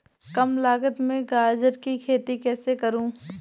कम लागत में गाजर की खेती कैसे करूँ?